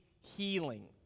healing